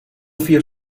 vier